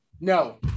No